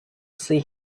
see